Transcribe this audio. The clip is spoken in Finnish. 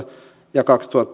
ja kaksituhattakaksikymmentä